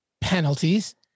penalties